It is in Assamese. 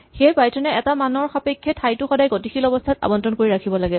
সেয়েহে পাইথন এ এটা মানৰ সাপেক্ষে ঠাইটো সদায় গতিশীল অৱস্হাত আবন্টন কৰিব লাগে